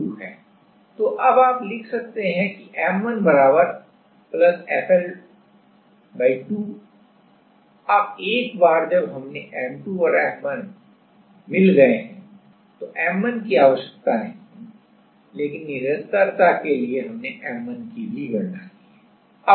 तो अब आप लिख सकते हैं कि M1 FL2 अब एक बार जब हमें M2 और M1 मिल गए तो M1 की आवश्यकता नहीं है लेकिन निरंतरता के लिए हमने M1 की भी गणना की है